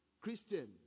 christian